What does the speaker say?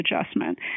adjustment